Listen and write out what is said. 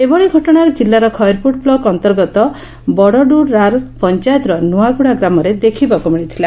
ଏଭଳି ଘଟଣା ଜିଲ୍ଲାର ଖଇରପୁଟ ବ୍ଲକ ଅନ୍ଡର୍ଗତ ବଡ଼ଡୁରାଲ ପଂଚାତର ନ୍ତଆଗୁଡ଼ା ଗ୍ରାମରେ ଦେଖିବାକୁ ମିଳଛି